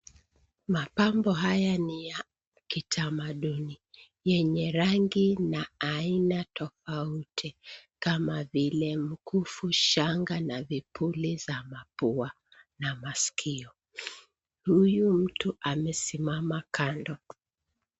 Mapambo haya ni ya kitamaduni yenye rangi na aina tofauti kama vile mkufu, shanga na vipuli za mapua na masikio. Huyu mtu amesimama kando.